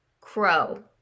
Crow